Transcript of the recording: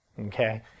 okay